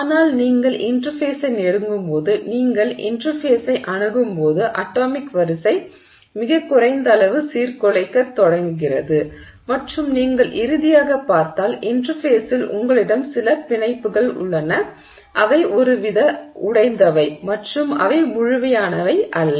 ஆனால் நீங்கள் இன்டெர்ஃபேஸை நெருங்கும்போது நீங்கள் இன்டெர்ஃபேஸை அணுகும்போது அட்டாமிக் வரிசை மிகக்குறைந்த அளவு சீர்குலைக்கத் தொடங்குகிறது மற்றும் நீங்கள் இறுதியாக பார்த்தால் இன்டெர்ஃபேஸில் உங்களிடம் சில பிணைப்புகள் உள்ளன அவை ஒருவித உடைந்தவை மற்றும் அவை முழுமையானவை அல்ல